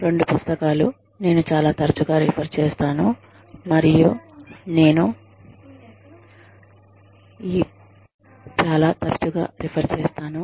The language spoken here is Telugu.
రెండు పుస్తకాలు నేను చాలా తరచుగా రిఫర్ చేస్తాను